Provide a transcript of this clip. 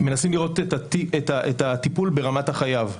מנסים לראות את הטיפול ברמת החייב.